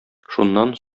шуннан